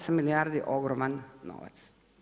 8 milijardi je ogroman novac.